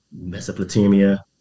Mesopotamia